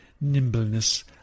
nimbleness